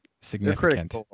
significant